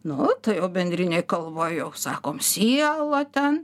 nu tai jau bendrinėj kalboj jau sakom siela ten